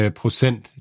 procent